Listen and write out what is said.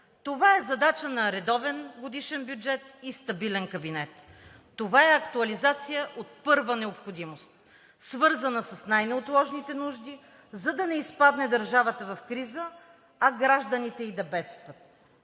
това е задача на редовен годишен бюджет и стабилен кабинет. Това е актуализация от първа необходимост, свързана с най-неотложните нужди, за да не изпадне държавата в криза, а гражданите ѝ да бедстват.